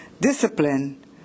discipline